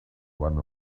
one